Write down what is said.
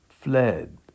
fled